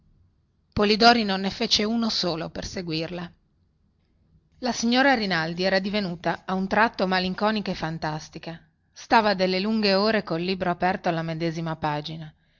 polidori non ne fece uno solo per seguirla la signora rinaldi era divenuta a un tratto malinconica e fantastica stava delle lunghe ore col libro aperto alla medesima pagina